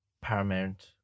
Paramount